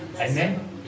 Amen